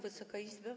Wysoka Izbo!